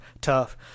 tough